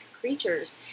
creatures